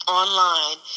online